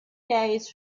days